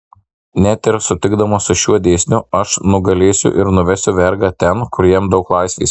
net ir sutikdamas su šiuo dėsniu aš nugalėsiu ir nuvesiu vergą ten kur jam daug laisvės